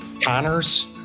Connors